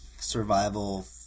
survival